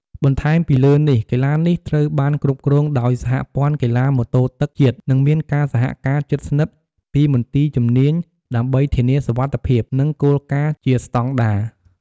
បន្ថែមពីលើនេះ កីឡានេះត្រូវបានគ្រប់គ្រងដោយសហព័ន្ធកីឡាម៉ូតូទឹកជាតិ និងមានការសហការជិតស្និទ្ធពីមន្ទីរជំនាញដើម្បីធានាសុវត្ថិភាព និងគោលការណ៍ជាស្តង់ដារ។